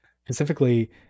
Specifically